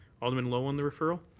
alderman lowe on the referral?